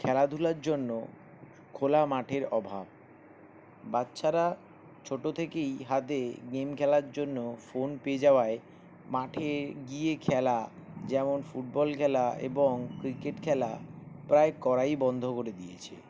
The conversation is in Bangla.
খেলাধূলার জন্য খোলা মাঠের অভাব বাচ্চারা ছোট থেকেই হাতে গেম খেলার জন্য ফোন পেয়ে যাওয়ায় মাঠে গিয়ে খেলা যেমন ফুটবল খেলা এবং ক্রিকেট খেলা প্রায় করাই বন্ধ করে দিয়েছে